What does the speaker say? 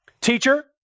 Teacher